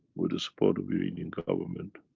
with the support of iranian government,